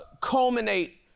culminate